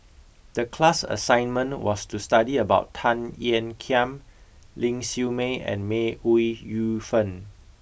the class assignment was to study about Tan Ean Kiam Ling Siew May and May Ooi Yu Fen